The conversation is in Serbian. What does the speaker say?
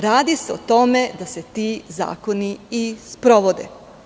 Radi se o tome da se oni i sprovode.